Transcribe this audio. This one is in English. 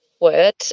word